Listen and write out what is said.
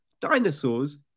dinosaurs